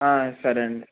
సరే అండి